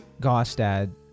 Gostad